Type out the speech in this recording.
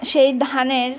সেই ধানের